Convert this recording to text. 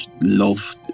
love